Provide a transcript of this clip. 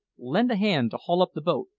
lend a hand to haul up the boat.